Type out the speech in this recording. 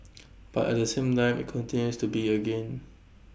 but at the same time IT continues to be A gain